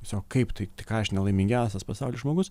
tiesiog kaip tai tai ką aš nelaimingiausias pasauly žmogus